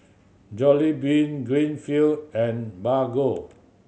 Jollibean Greenfield and Bargo